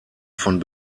von